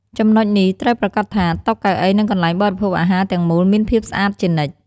ចំណុចនេះត្រូវប្រាកដថា តុ កៅអី និងកន្លែងបរិភោគអាហារទាំងមូលមានភាពស្អាតជានិច្ច។